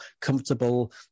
comfortable